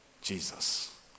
Jesus